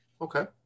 Okay